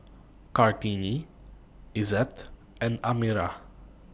Kartini Izzat and Amirah